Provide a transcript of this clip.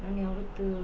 ನಾನು ಯಾವತ್ತೂ